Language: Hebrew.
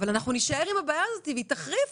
אבל אנחנו נישאר עם הבעיה הזאת והיא תחריף.